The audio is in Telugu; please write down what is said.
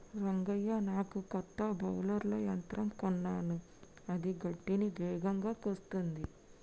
రంగయ్య నాకు కొత్త బౌలర్ల యంత్రం కొన్నాను అది గడ్డిని వేగంగా కోస్తుంది